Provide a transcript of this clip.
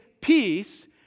peace